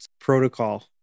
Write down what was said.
protocol